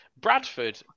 Bradford